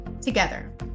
together